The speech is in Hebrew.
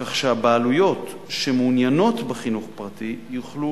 כך שהבעלויות שמעוניינות בחינוך פרטי יוכלו